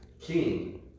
king